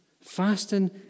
fasting